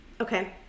Okay